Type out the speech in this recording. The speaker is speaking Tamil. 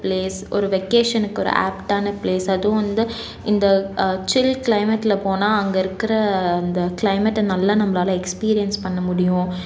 பிளேஸ் ஒரு வெக்கேஷனுக்கு ஒரு ஆப்ட்டான பிளேஸ் அதுவும் வந்து இந்த சில் கிளைமேட்டில் போனால் அங்கே இருக்கிற அந்த கிளைமேட்டை நல்லா நம்மளால எக்ஸ்பீரியன்ஸ் பண்ண முடியும்